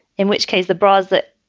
in which case the bras that,